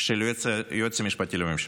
של היועץ משפטי לממשלה.